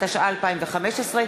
התשע"ה 2015,